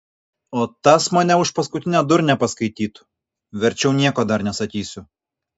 o tas mane už paskutinę durnę paskaitytų verčiau nieko dar nesakysiu